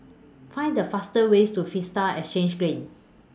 Find The faster ways to Vista Exhange Green